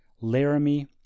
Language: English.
Laramie